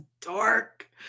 dark